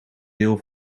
deel